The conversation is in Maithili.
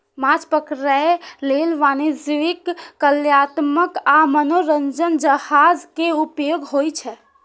माछ पकड़ै लेल वाणिज्यिक, कलात्मक आ मनोरंजक जहाज के उपयोग होइ छै